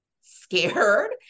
scared